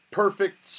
perfect